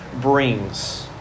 brings